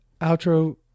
outro